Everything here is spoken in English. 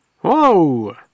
Whoa